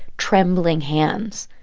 trembling hands.